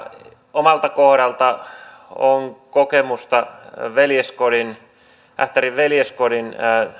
omalta kohdalta on kokemusta ähtärin veljeskodin